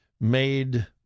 made